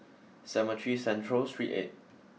Cemetry Central Street eight